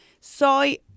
soy